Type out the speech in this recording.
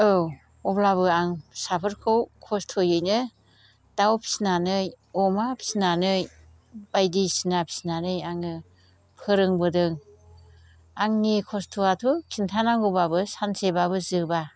औ अब्लाबो आं फिसाफोरखौ खस्थ'यैनो दाव फिसिनानै अमा फिसिनानै बायदिसिना फिसिनानै आङो फोरोंबोदों आंनि खस्थ'आथ' खिन्थानांगौबाबो सानसेबाबो जोबा